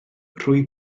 rwy